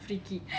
free kick